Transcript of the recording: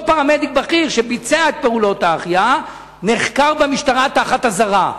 אותו פרמדיק בכיר שביצע את פעולות ההחייאה נחקר במשטרה תחת אזהרה.